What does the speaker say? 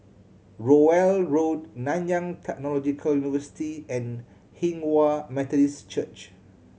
Rowell Road Nanyang Technological University and Hinghwa Methodist Church